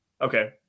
Okay